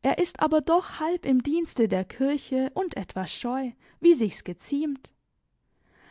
er ist aber doch halb im dienste der kirche und etwas scheu wie's sich geziemt